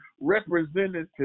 representative